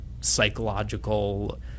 psychological